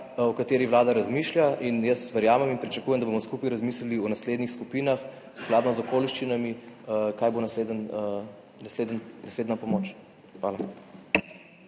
o kateri vlada razmišlja. Jaz verjamem in pričakujem, da bomo skupaj razmislili o naslednjih skupinah, skladno z okoliščinami, kaj bo naslednja pomoč. Hvala.